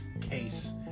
case